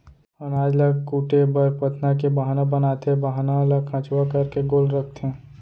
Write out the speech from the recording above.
अनाज ल कूटे बर पथना के बाहना बनाथे, बाहना ल खंचवा करके गोल रखथें